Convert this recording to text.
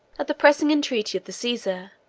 at the pressing entreaty of the caesar,